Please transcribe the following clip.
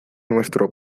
nuestro